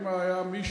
אם היה מישהו,